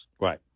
Right